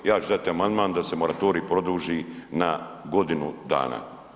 Ja ću dati amandman da se moratorij produži na godinu dana.